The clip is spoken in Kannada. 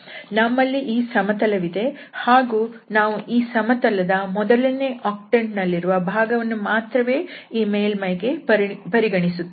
ನಮ್ಮಲ್ಲಿ ಈ ಸಮತಲವಿದೆ ಹಾಗೂ ನಾವು ಈ ಸಮತಲದ ಮೊದಲನೇ ಆಕ್ಟಂಟ್ ನಲ್ಲಿರುವ ಭಾಗವನ್ನು ಮಾತ್ರವೇ ಈ ಮೇಲ್ಮೈಗೆ ಪರಿಗಣಿಸುತ್ತೇವೆ